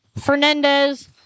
Fernandez